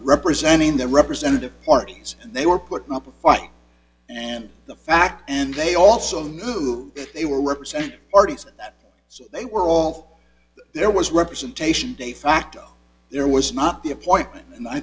representing their representative parties and they were putting up a fight and the fact and they also know who they were represent parties so they were all there was representation de facto there was not the appointment and i